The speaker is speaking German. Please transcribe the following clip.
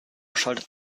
schaltet